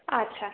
আচ্ছা